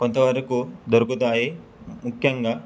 కొంతవరకు దొరుకుతాయి ముఖ్యంగా